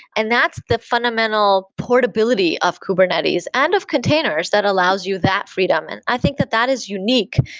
and that's the fundamental portability of kubernetes and of containers. that allows you that freedom. and i think that that is unique.